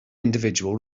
individual